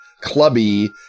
clubby